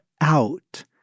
out